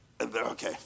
Okay